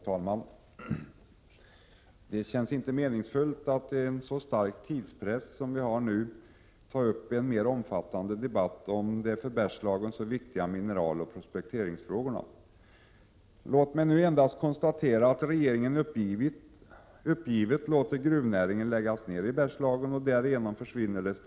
Herr talman! Det känns inte meningsfullt att under en så stark tidspress som vi nu har ta upp en mer omfattande debatt om de för Bergslagen så viktiga mineraloch prospekteringsfrågorna. Låt mig nu endast konstatera att regeringen uppgivet låter gruvnäringen — Prot. 1987/88:47 läggas ner i Bergslagen. Det stora mineralkunnandet försvinner därigenom.